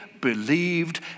believed